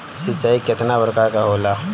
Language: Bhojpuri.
सिंचाई केतना प्रकार के होला?